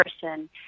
person